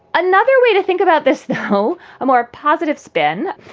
another way to think about this whole a more positive spin,